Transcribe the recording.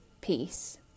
peace